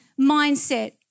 mindset